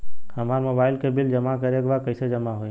हमार मोबाइल के बिल जमा करे बा कैसे जमा होई?